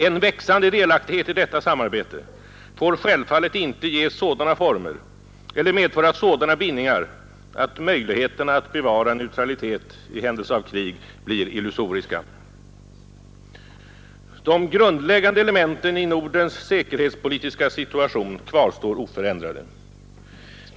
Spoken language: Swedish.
En växande delaktighet i detta samarbete får självfallet inte ges sådana former eller medföra sådana bindningar att möjligheterna att bevara neutralitet i händelse av krig blir illusoriska. De grundläggande elementen i Nordens säkerhetspolitiska situation kvarstår oförändrade.